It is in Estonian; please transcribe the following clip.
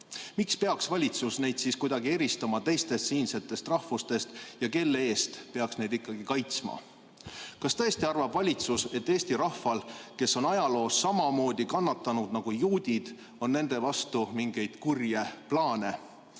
Miks peaks valitsus neid siis kuidagi eristama teistest siinsetest rahvustest ja kelle eest peaks neid ikkagi kaitsma? Kas tõesti arvab valitsus, et Eesti rahval, kes on ajaloos samamoodi kannatanud nagu juudid, on nende vastu mingeid kurje plaane?